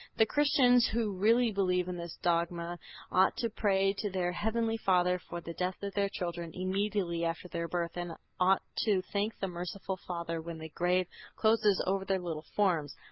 the christians who really believe in this dogma ought to pray to their heavenly father for the death of their children immediately after their birth and ought to thank the merciful father when the grave closes over their little forms.